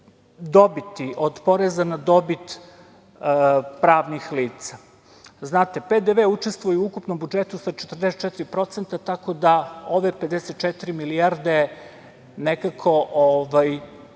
dobiti, od poreza na dobit pravnih lica. Znate, PDV učestvuje u ukupnom budžetu sa 44%, tako da ove 54 milijarde nekako